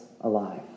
alive